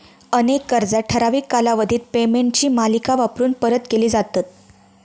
अनेक कर्जा ठराविक कालावधीत पेमेंटची मालिका वापरून परत केली जातत